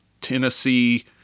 Tennessee